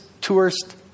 tourist